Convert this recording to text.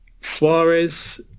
Suarez